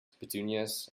petunias